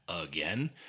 again